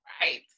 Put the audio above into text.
Right